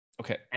Okay